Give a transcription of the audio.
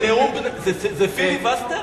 זה פיליבסטר?